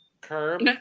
curb